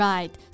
Right